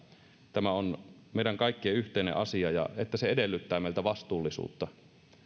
tämä on meidän kaikkien yhteinen asia ja että se edellyttää meiltä vastuullisuutta